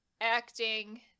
acting